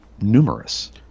numerous